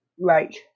Right